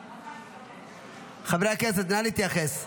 חברי הכנסת, נא להתייחס.